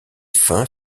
fin